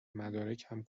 مدارکم